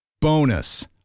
Bonus